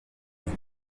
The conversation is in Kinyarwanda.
inka